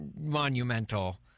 monumental